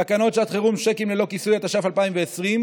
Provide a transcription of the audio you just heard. תקנות שעת חירום (שיקים ללא כיסוי), התש"ף 2020,